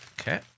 Okay